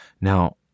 Now